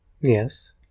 Yes